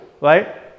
right